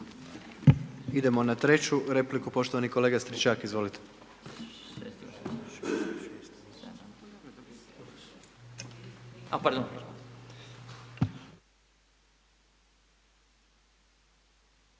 Idemo na treću repliku. Poštovani kolega Stričak, izvolite.